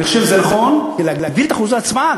אני חושב שזה נכון כדי להגדיל את אחוזי ההצבעה,